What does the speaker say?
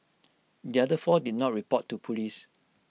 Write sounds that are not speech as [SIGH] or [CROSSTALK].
[NOISE] the other four did not report to Police